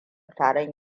taron